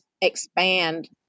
expand